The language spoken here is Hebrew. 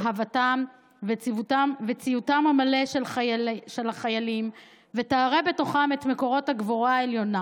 אהבתם וציותם המלא של החיילים ותערה בתוכם את מקורות הגבורה העליונה,